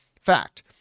Fact